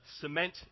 cement